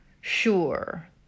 sure